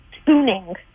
spooning